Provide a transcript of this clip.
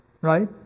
right